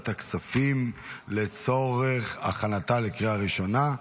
הכספים לצורך הכנתה לקריאה ראשונה.